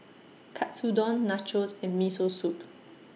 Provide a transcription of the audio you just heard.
Katsudon Nachos and Miso Soup